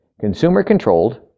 consumer-controlled